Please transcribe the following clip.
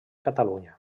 catalunya